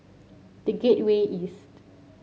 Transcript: The Gateway East